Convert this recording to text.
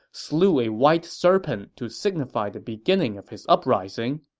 slew a white serpent to signify the beginning of his uprising.